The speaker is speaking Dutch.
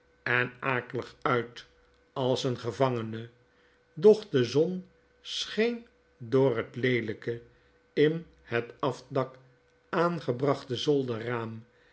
en akelig uit als een gevangene doch de zon scheen door het leelyke in het afdak aangebrachte